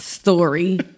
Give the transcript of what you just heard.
story